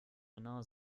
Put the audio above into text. genau